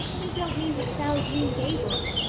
you don't mean to sell green gables!